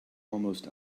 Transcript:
almost